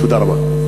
תודה רבה.